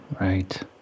Right